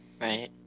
Right